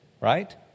Right